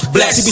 Bless